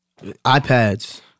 iPads